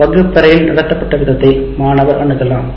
வகுப்பறையில் நடத்தப்பட்ட விதத்தை மாணவர் அணுகலாம்